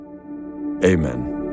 amen